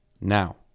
now